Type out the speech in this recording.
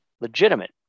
legitimate